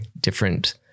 different